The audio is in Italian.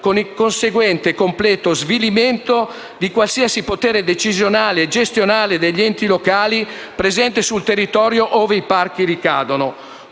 con il conseguente completo svilimento di qualsiasi potere decisionale e gestionale degli enti locali presenti sul territorio ove i parchi ricadono.